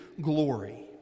glory